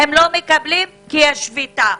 הם לא מקבלים כי יש שביתה.